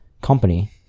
company